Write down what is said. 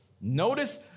Notice